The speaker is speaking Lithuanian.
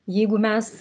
jeigu mes